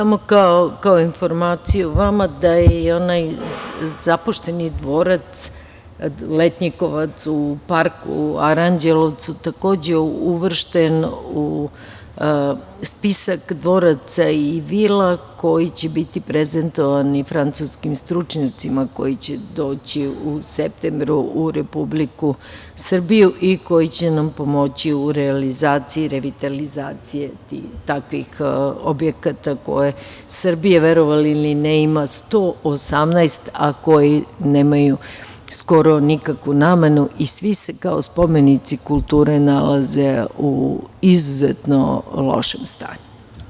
Samo kao informaciju vama da je i onaj zapušteni dvorac letnjikovac u parku u Aranđelovcu takođe uvršten u spisak dvoraca i vila koji će biti prezentovani francuskim stručnjacima koji će doći u septembru u Republiku Srbiju i koji će nam pomoći u realizaciji revitalizacije takvih objekata koje Srbija, verovali ili ne, ima 118, a koji nemaju skoro nikakvu namenu i svi se kao spomenici kulture nalaze u izuzetno lošem stanju.